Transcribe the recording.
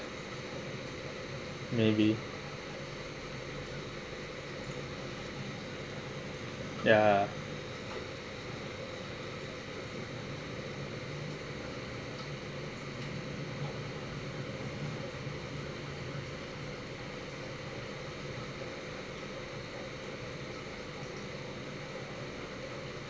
maybe ya